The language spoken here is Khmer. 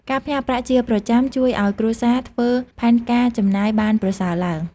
ការផ្ញើប្រាក់ជាប្រចាំជួយឱ្យគ្រួសារធ្វើផែនការចំណាយបានប្រសើរឡើង។